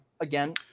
again